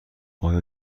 آیا